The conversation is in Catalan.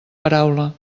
paraula